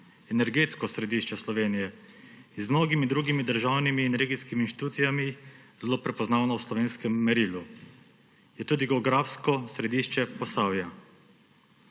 energetsko središče Slovenije in z mnogimi drugimi državnimi in regijskimi inštitucijami je zelo prepoznavno v slovenskem merilu. Je tudi geografsko središče Posavja.